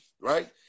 right